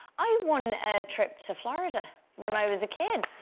i won a trip to florida when i was a kid